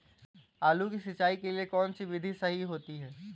आलू की सिंचाई के लिए कौन सी विधि सही होती है?